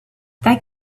that